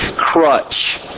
crutch